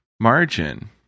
margin